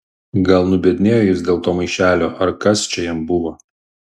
gal nubiednėjo jis dėl to maišelio ar kas čia jam buvo